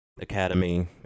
academy